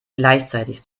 gleichzeitig